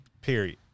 Period